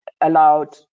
allowed